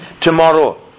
tomorrow